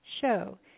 show